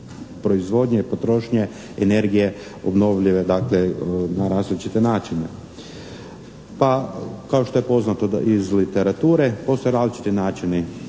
proizvodnje, potrošnje energije obnovljive na različite načine. Pa, kao što je poznato iz literature postoje različiti načini